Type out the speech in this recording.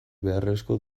beharrezko